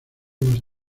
más